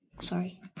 sorry